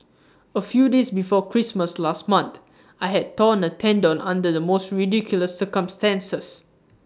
A few days before Christmas last month I had torn A tendon under the most ridiculous circumstances